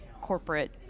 corporate